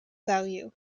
value